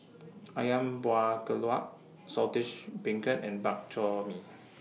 Ayam Buah Keluak Saltish Beancurd and Bak Chor Mee